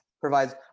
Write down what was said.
provides